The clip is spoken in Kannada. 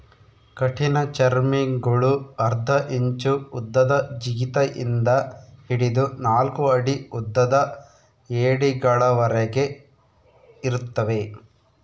ಕಠಿಣಚರ್ಮಿಗುಳು ಅರ್ಧ ಇಂಚು ಉದ್ದದ ಜಿಗಿತ ಇಂದ ಹಿಡಿದು ನಾಲ್ಕು ಅಡಿ ಉದ್ದದ ಏಡಿಗಳವರೆಗೆ ಇರುತ್ತವೆ